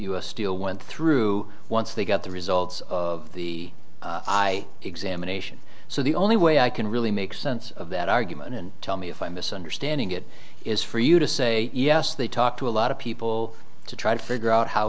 us steel went through once they got the results of the i examination so the only way i can really make sense of that argument and tell me if i'm misunderstanding it is for you to say yes they talk to a lot of people to try to figure out how